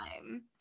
time